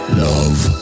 love